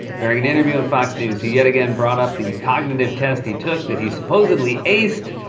during an interview on fox news, he yet again brought up the cognitive test he took that he supposedly aced.